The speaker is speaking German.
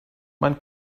man